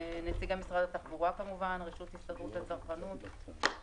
נציג משרד התחבורה, רשות ההסתדרות לצרכנות.